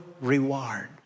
reward